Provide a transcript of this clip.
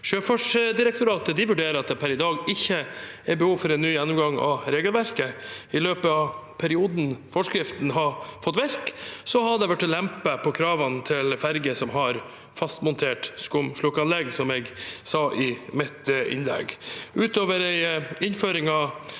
Sjøfartsdirektoratet vurderer at det per i dag ikke er behov for en ny gjennomgang av regelverket. I løpet av perioden forskriften har fått virke, er det blitt lempet på kravene til ferger som har fastmontert skumslukkingsanlegg, som jeg sa i mitt innlegg. Utover innføringen